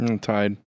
Tied